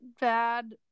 bad